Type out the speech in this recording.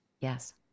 yes